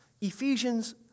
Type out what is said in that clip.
Ephesians